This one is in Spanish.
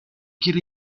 quiere